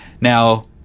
Now